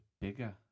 bigger